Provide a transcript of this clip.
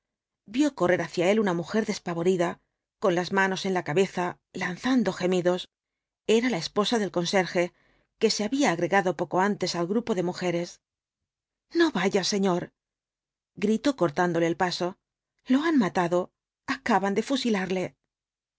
vio correr hacia él una mujer despavorida con las manos en la cabeza lanzando gemidos era la esposa del conserje que se había agregado poco antes al grupo de mujeres no vaya señor gritó cortándole el paso lo han matado acaban de fusilarle